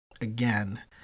again